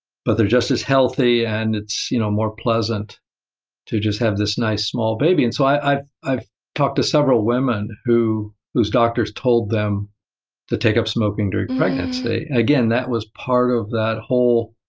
but they're just as healthy and it's you know more pleasant to just have this nice small baby. and so i've i've talked to several women whose doctors told them to take up smoking during pregnancy. again, that was part of that whole